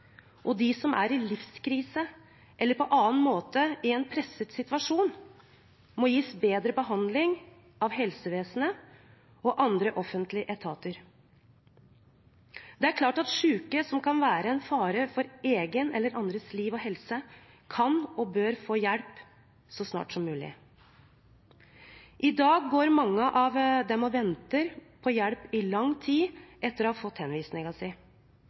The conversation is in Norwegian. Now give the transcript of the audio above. og de som er i livskrise eller på annen måte i en presset situasjon, må gis bedre behandling av helsevesenet og andre offentlige etater. Det er klart at syke som kan være en fare for eget eller andres liv og helse, kan og bør få hjelp så snart som mulig. I dag går mange av dem og venter på hjelp i lang tid etter å ha fått